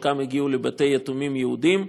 חלקם הגיעו לבתי-יתומים יהודיים.